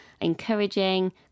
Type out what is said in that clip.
encouraging